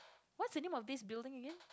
what's the name of this building again